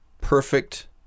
perfect